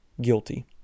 guilty